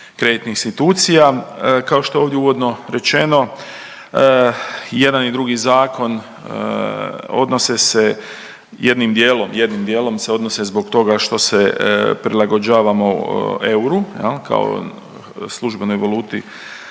kreditnih institucija. Kao što je ovdje uvodno rečeno jedan i drugi zakon odnose se jednim dijelom, jednim dijelom se odnose zbog toga što se prilagođavamo euru kao službenoj valuti